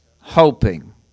hoping